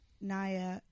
naya